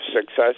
success